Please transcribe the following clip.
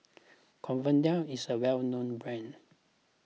Convatec is a well known brand